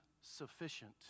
sufficient